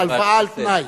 הלוואה על-תנאי.